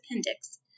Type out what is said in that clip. appendix